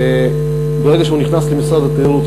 ברגע שהוא נכנס למשרד התיירות,